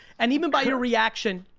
and even by you're reaction,